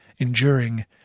enduring